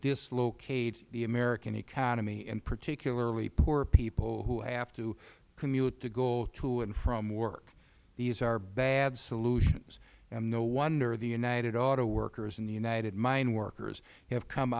dislocate the american economy and particularly poor people who have to commute to go to and from work these are bad solutions and no wonder the united auto workers and the united mine workers have come